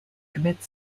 commit